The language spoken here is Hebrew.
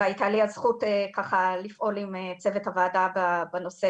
והייתה לי הזכות ככה לפעול עם צוות הוועדה בנושא